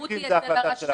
בסוף הסמכות היא אצל הרשם.